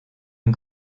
این